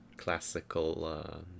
Classical